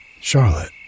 Charlotte